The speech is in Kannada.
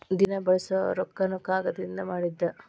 ದಿನಾ ನಾವ ಬಳಸು ರೊಕ್ಕಾನು ಕಾಗದದಿಂದನ ಮಾಡಿದ್ದ